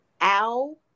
owl